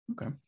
okay